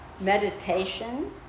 meditation